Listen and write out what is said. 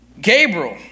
Gabriel